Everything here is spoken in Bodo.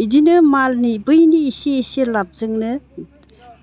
इदिनो मालनि बैनि इसे इसे लाबजोंनो